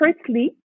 firstly